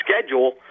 schedule